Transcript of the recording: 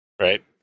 Right